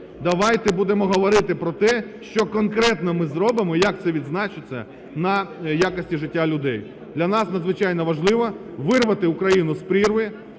давайте будемо говорити про те, що конкретно ми зробимо і як це відзначиться на якості життя людей. Для нас надзвичайно важливо вирвати Україну з прірви,